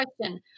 question